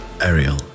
Ariel